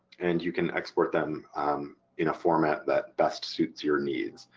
and you can export them in a format that best suits your needs.